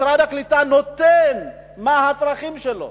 משרד הקליטה נותן, מה הצרכים שלו?